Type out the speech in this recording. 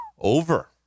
Over